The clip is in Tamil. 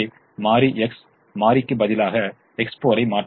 எனவே மாறி X1 மாறி க்கு பதிலாக X4 ஐ மாற்றுகிறது